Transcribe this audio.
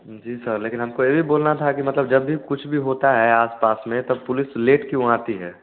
जी sir लेकिन हमको यही बोलना था कि मतलब जब भी कुछ भी होता है आस पास में तब पुलिस लेट क्यों आती है